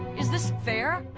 is this fair?